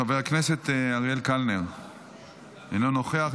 חבר הכנסת אריאל קלנר אינו נוכח.